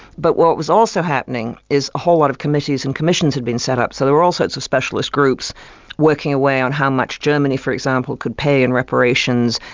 but what was also happening is a whole lot of committees and commissions had been set up, so were all sorts of specialist groups working away on how much germany for example could pay in reparations,